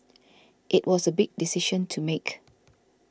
it was a big decision to make